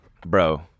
Bro